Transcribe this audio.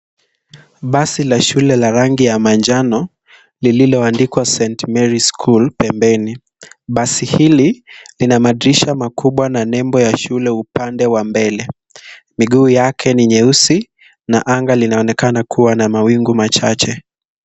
Basi la shule la rangi ya manjano lililoandikwa st.Marys School pembeni. Basi hili lina madirisha makubwa na nebo ya shuleni upande wa mbele. Miguu yake ni nyeusi na anga linaonekana kuwa na mawingu machache.